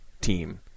team